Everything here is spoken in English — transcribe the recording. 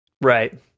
right